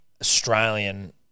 Australian